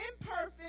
imperfect